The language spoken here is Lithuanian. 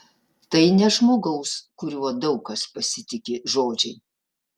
tai ne žmogaus kuriuo daug kas pasitiki žodžiai